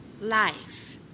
life